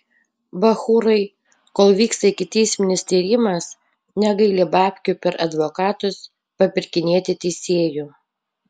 bachūrai kol vyksta ikiteisminis tyrimas negaili babkių per advokatus papirkinėti teisėjų